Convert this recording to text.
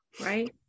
right